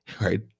right